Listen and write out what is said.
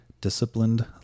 Disciplined